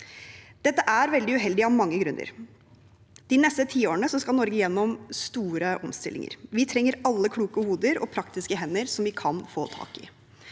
Dette er veldig uheldig av mange grunner. De neste tiårene skal Norge gjennom store omstillinger. Vi trenger alle kloke hoder og praktiske hender vi kan få tak i.